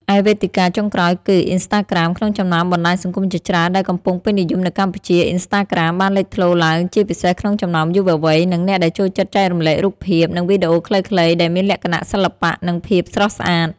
ឯវេទិកា ចុងក្រោយគឺ អ៊ីនស្តាក្រាម ក្នុងចំណោមបណ្ដាញសង្គមជាច្រើនដែលកំពុងពេញនិយមនៅកម្ពុជា អុីនស្តាក្រាម បានលេចធ្លោឡើងជាពិសេសក្នុងចំណោមយុវវ័យ និងអ្នកដែលចូលចិត្តចែករំលែករូបភាព និងវីដេអូខ្លីៗដែលមានលក្ខណៈសិល្បៈ និងភាពស្រស់ស្អាត។